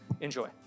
Enjoy